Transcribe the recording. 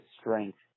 strength